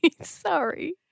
Sorry